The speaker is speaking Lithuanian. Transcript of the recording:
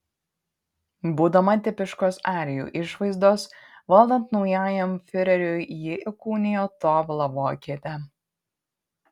būdama tipiškos arijų išvaizdos valdant naujajam fiureriui ji įkūnijo tobulą vokietę